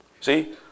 See